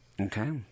Okay